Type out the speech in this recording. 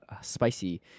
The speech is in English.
spicy